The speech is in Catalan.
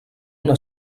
una